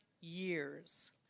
years